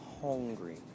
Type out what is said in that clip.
hungry